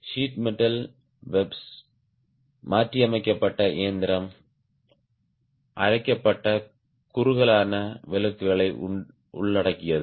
seat metal webs மாற்றியமைக்கப்பட்ட இயந்திரம் அரைக்கப்பட்ட குறுகலான விலக்குகளை உள்ளடக்கியது